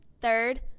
third